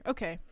Okay